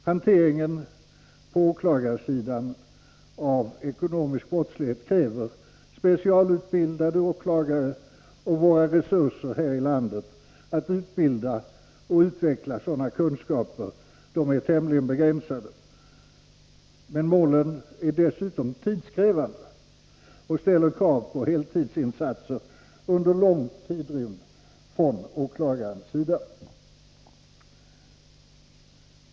Hanteringen på åklagarsidan av ekonomisk brottslighet kräver specialutbildade åklagare, och våra resurser här i landet för att förmedla och utveckla sådana kunskaper är tämligen begränsade. Målen är dessutom tidskrävande och ställer under lång tidsrymnd krav på heltidsinsatser från åklagarens sida.